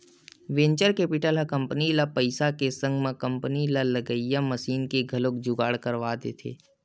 venture capital ह company ल पइसा के संग म कंपनी म लगइया मसीन के घलो जुगाड़ करवा देथे